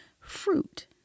fruit